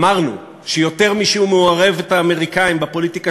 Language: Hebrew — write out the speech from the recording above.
אמרנו שיותר משהוא מערב את האמריקנים בפוליטיקה